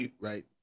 right